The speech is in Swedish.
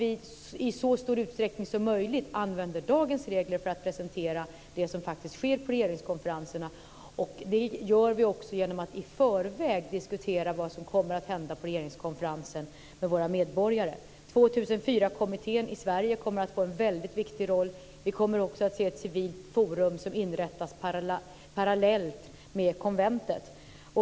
I så stor utsträckning som möjligt ska vi använda dagens regler för att presentera det som faktiskt sker på regeringskonferenserna. Detta gör vi också genom att i förväg diskutera vad som kommer att hända på regeringskonferensen med våra medborgare. 2004-kommittén i Sverige kommer att få en väldigt viktig roll. Vi kommer också att se ett civilt forum som inrättas parallellt med konventet.